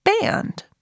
band